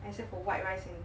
except for white rice and